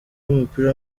w’umupira